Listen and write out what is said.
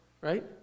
right